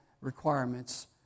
requirements